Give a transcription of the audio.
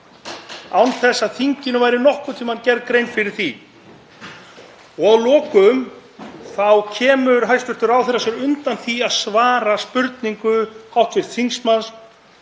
án þess að þinginu væri nokkurn tímann gerð grein fyrir því. Og að lokum þá kemur hæstv. ráðherra sér undan því að svara spurningu hv. þingmanns